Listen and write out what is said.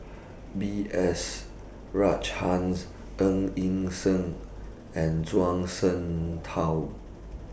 B S Rajhans Ng Yi Sheng and Zhuang Shengtao